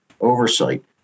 oversight